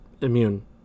immune